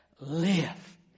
live